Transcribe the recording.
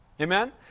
Amen